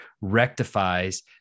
rectifies